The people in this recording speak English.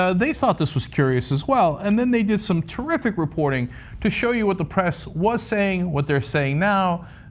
ah they thought this was curious as well. and then they did some terrific reporting to show you what the press was saying, what they're saying now,